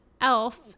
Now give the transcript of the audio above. elf